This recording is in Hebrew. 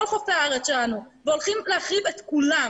חופי הארץ שלנו והולכים להחריב את כולם,